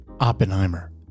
Oppenheimer